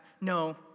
no